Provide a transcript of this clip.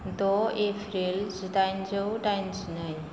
द' एप्रिल जिदाइनजौ दाइनजिनै